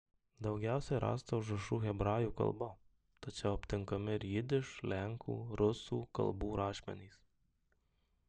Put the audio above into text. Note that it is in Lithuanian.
daugiausiai rasta užrašų hebrajų kalba tačiau aptinkami ir jidiš lenkų rusų kalbų rašmenys